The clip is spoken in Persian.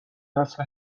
نسل